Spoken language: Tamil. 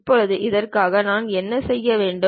இப்போது அதற்காக நான் என்ன செய்ய வேண்டும்